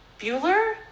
Bueller